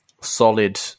solid